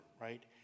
right